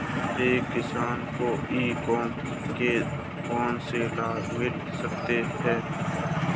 एक किसान को ई कॉमर्स के कौनसे लाभ मिल सकते हैं?